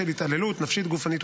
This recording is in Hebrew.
התשפ"ד 2024,